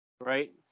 right